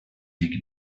make